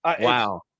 Wow